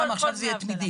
כל דמי אבטלה.